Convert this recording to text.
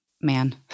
man